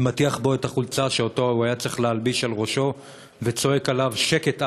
מטיח בו את החולצה שאותה הוא היה צריך להלביש מעל ראשו וצועק עליו: שקט,